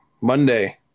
monday